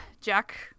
Jack